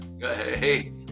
hey